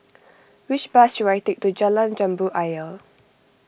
which bus should I take to Jalan Jambu Ayer